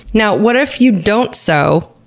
now, what if you don't sew,